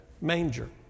manger